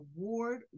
award